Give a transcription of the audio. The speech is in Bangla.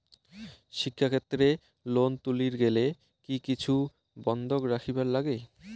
শিক্ষাক্ষেত্রে লোন তুলির গেলে কি কিছু বন্ধক রাখিবার লাগে?